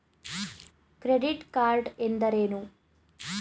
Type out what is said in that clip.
Credit card ಎಂದರೇನು?